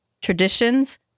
traditions